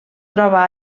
troba